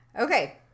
Okay